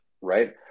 right